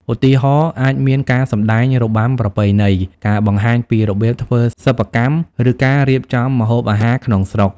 ឧទាហរណ៍ អាចមានការសម្តែងរបាំប្រពៃណី ការបង្ហាញពីរបៀបធ្វើសិប្បកម្ម ឬការរៀបចំម្ហូបអាហារក្នុងស្រុក។